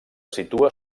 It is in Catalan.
situa